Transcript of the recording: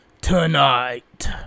tonight